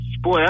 boy